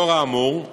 לאור האמור,